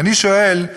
ואני שואל,